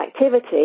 activity